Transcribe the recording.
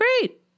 great